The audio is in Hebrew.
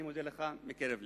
אני מודה לך מקרב לב.